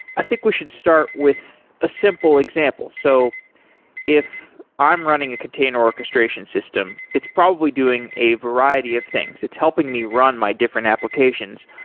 i think we should start with a simple example. so if i'm running a container orchestration system, it's probably doing a variety of things. it's helping me run my different applications.